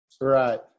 right